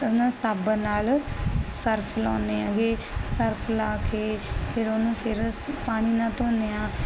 ਸਾਬਣ ਨਾਲ ਸਰਫ ਲਾਉਦੇ ਆਗੇ ਸਰਫ ਲਾ ਕੇ ਫਿਰ ਉਹਨੂੰ ਫਿਰ ਪਾਣੀ ਨਾ ਧੋਨੇ ਆਂ